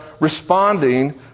responding